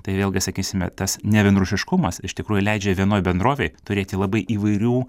tai vėlgi sakysime tas ne vienrūšiškumas iš tikrųjų leidžia vienoj bendrovėj turėti labai įvairių